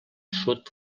sud